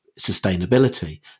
sustainability